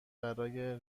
برای